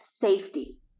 safety